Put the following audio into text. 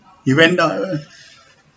you went out !huh!